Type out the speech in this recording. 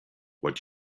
what